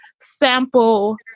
sample